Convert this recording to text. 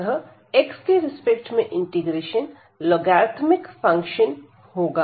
अतः x के respect में इंटीग्रेशन लोगरिथमिक फंक्शन होगा